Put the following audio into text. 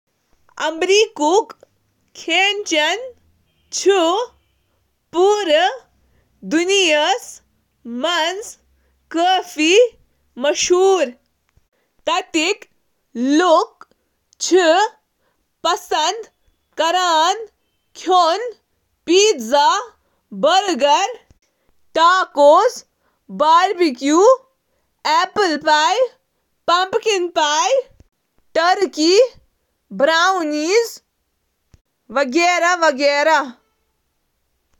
امریٖکی ضِیافتن منٛز چھِ رنٛنُک انٛدازٕ تہٕ امریٖکاہس منٛز تیار کرنہٕ آمٕتہِ رٮ۪وٲیتی سِیُن شٲمِل۔ واریٛاہ بہترین امریکی کھٮ۪ن چھِ اصلی باقٕے کھٮ۪نٕکۍ رٮ۪وایتَو سۭتۍ کھٮ۪نَس پٮ۪ٹھ منفرد حصہٕ، یِمَن منٛز پیزا، ہاٹ ہونۍ، تہٕ ٹیکس-میکس شٲمِل چھِ۔ علاقٲیی نُمٲیِشَن منٛز چھِ سٲحلی ریاستَن، گمبو تہٕ چیزیسٹک منٛز گاڈٕ سِنٮ۪ن ہُنٛد اکھ سلسلہٕ شٲمِل۔